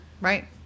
Right